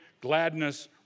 gladness